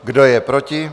Kdo je proti?